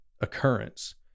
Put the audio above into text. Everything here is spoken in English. occurrence